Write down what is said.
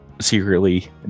Secretly